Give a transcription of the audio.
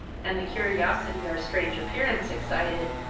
and the curiosity our strange appearance excited,